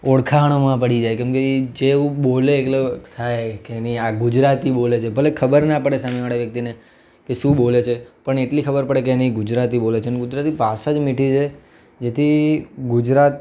ઓળખાણમાં પડી જાય કે કેમ કે જે એવું બોલે એટલે થાય કે નહીં આ ગુજરાતી બોલે છે ભલે ખબર ન પડે સામેવાળા વ્યક્તિને કે શું બોલે છે પણ એટલી ખબર પડે કે નહીં ગુજરાતી બોલે છે અને ગુજરાતી ભાષા જ મીઠી છે જેથી ગુજરાત